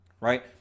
right